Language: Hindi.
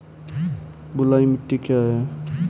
बलुई मिट्टी क्या है?